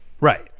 Right